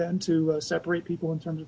then to separate people in terms